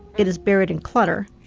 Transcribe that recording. it is buried in clutter,